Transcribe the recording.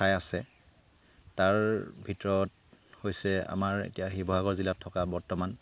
ঠাই আছে তাৰ ভিতৰত হৈছে আমাৰ এতিয়া শিৱসাগৰ জিলাত থকা বৰ্তমান